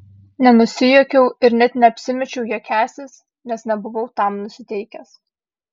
nenusijuokiau ir net neapsimečiau juokiąsis nes nebuvau tam nusiteikęs